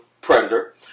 predator